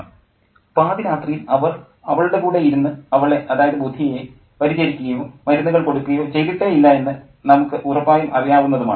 professor പാതിരാത്രിയിൽ അവർ അവളുടെ കൂടെ ഇരുന്നു അവളെ അതായത് ബുധിയയെ പരിചരിക്കുകയോ മരുന്നുകൾ കൊടുക്കുകയോ ചെയ്തിട്ടേ ഇല്ലാ എന്ന് നമുക്ക് ഉറപ്പായും അറിയാവുന്നതുമാണ്